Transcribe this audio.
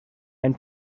einen